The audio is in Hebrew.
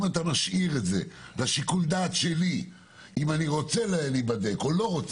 אם משאירים את זה לשיקול הדעת שלי אם אני רוצה להיבדק או לא,